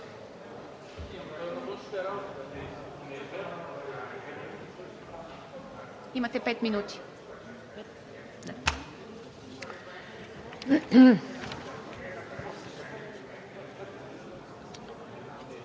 Имате пет минути.